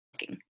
looking